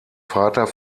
vater